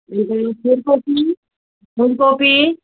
फुलकोपी फुलकोपी